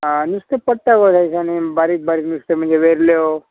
आं नुस्तें पडटा गो ह्या दिसांनी बारीक बारीक नुस्तें म्हणजे वेरल्यो